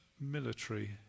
military